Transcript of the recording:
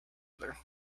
other